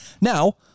Now